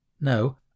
No